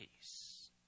peace